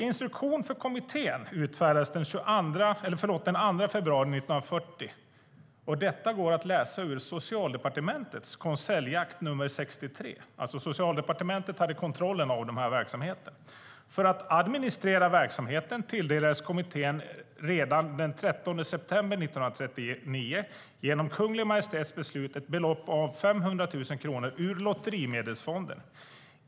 - Instruktion för kommittén utfärdades den 2 februari 1940", vilket finns att läsa i Socialdepartementets konseljakt nr 63. Socialdepartementet hade kontrollen över verksamheten. "För att administrera verksamheten tilldelades kommittén redan den 13 december 1939 genom Kungl. Maj:ts beslut, ett belopp av 500.000 kronor ur lotterimedelsfonden.